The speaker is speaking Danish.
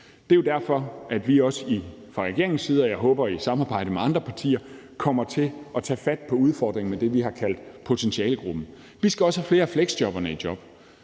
Det er derfor, at vi også fra regeringens side – jeg håber i samarbejde med andre partier – kommer til at tage fat på udfordringen med det, vi har kaldt potentialegruppen. Vi skal også have flere af fleksjobberne i job.